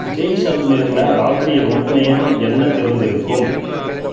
ஜெய்சல்மேரில் ராத்திரி ரொம்ப நேரம் என்ன திறந்திருக்கும்